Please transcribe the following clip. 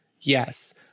Yes